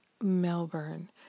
Melbourne